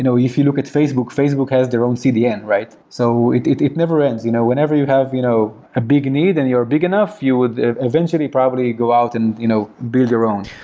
you know if you look at facebook, facebook has their own cdn, right? so it it never ends. you know whenever you have you know a big knee, then you're big enough, you would eventually probably go out and you know build your own.